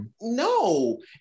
no